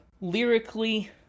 Lyrically